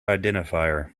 identifier